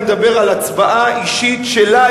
אני מדבר על הצבעה אישית שלה.